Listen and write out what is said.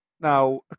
now